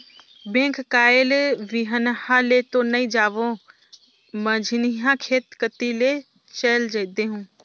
bank कायल बिहन्हा ले तो नइ जाओं, मझिन्हा खेत कति ले चयल देहूँ